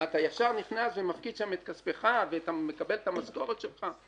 אתה ישר נכנס ומפקיד שם את כספך ואתה מקבל את המשכורת שלך?